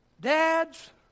Dads